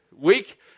week